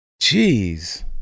jeez